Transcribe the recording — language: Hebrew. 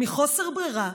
מחוסר ברירה,